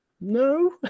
no